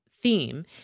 theme